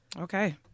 Okay